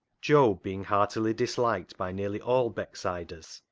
job being heartily disliked by nearly all becksiders,